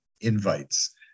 invites